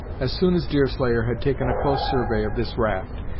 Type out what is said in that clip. as soon as deerslayer had taken a close survey of this raft,